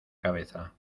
cabeza